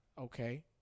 okay